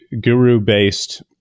guru-based